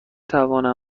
توانم